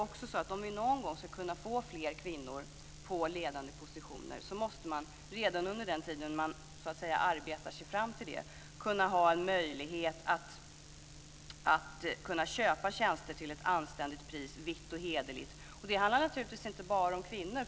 Om vi någon gång ska kunna få in fler kvinnor på ledande positioner, måste de redan under den tid när de arbetar sig fram till dessa ha möjlighet att köpa tjänster vitt, hederligt och till ett anständigt pris. Det handlar naturligtvis inte bara om kvinnor.